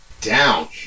down